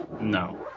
no